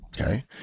Okay